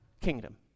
kingdom